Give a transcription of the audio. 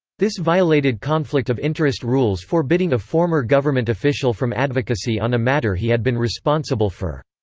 this violated conflict of interest rules forbidding a former government official from advocacy on a matter he had been responsible for.